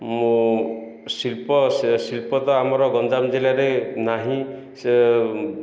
ମୁଁ ଶିଳ୍ପ ଶିଳ୍ପ ତ ଆମର ଗଞ୍ଜାମ ଜିଲ୍ଲାରେ ନାହିଁ ସେ